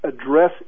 address